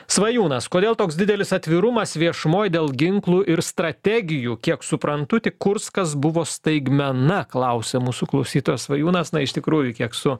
svajūnas kodėl toks didelis atvirumas viešumoj dėl ginklų ir strategijų kiek suprantu tik kurskas buvo staigmena klausia mūsų klausytojas svajūnas na iš tikrųjų kiek su